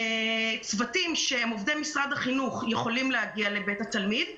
צוותים שהם עובדי משרד החינוך יכולים להגיע לבית התלמיד,